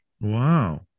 Wow